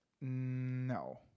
No